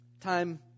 Time